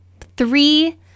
three